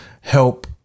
help